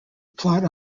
plot